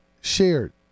shared